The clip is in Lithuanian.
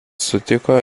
sutiko